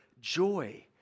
joy